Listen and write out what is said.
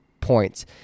points